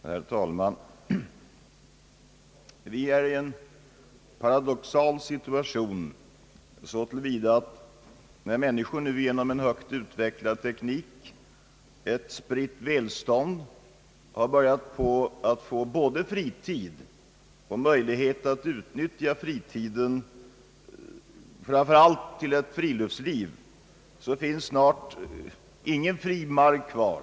Herr talman! Vi är i en paradoxal situation så till vida att när människor nu, genom en högt utvecklad teknik och eti spritt välstånd, börjat få både fritid och möjligheter att utnyttja fritiden, framför allt till ett rikare friluftsliv, så finns snart ingen fri mark kvar.